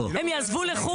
מה ההיגיון?